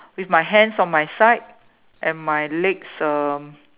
with my hands on my side and my legs uh